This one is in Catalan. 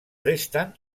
resten